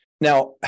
Now